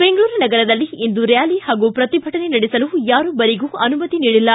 ಬೆಂಗಳೂರು ನಗರದಲ್ಲಿ ಇಂದು ರ್ಖಾಲಿ ಹಾಗೂ ಪ್ರತಿಭಟನೆ ನಡೆಸಲು ಯಾರೊಬ್ಬರಿಗೂ ಅನುಮತಿ ನೀಡಿಲ್ಲ